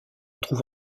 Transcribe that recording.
trouve